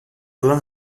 veux